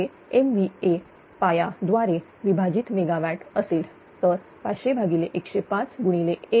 हे MVA base द्वारे विभाजित मेगा वॅटअसेल